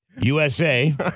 USA